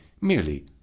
merely